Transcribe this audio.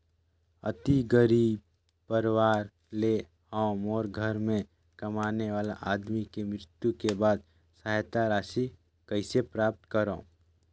अति गरीब परवार ले हवं मोर घर के कमाने वाला आदमी के मृत्यु के बाद सहायता राशि कइसे प्राप्त करव?